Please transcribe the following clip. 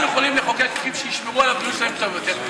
אנחנו יכולים לחוקק חוקים שישמרו על הבריאות שלהם טוב יותר,